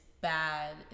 bad